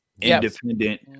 independent